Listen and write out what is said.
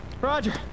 Roger